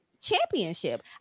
championship